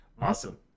Awesome